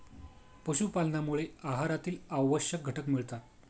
पशुपालनामुळे आहारातील आवश्यक घटक मिळतात